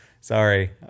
Sorry